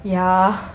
ya